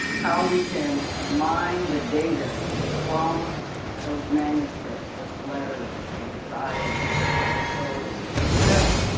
how we can mine the data from those manuscripts, those letters, those diaries, also film.